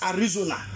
Arizona